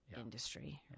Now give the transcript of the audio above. industry